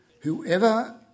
whoever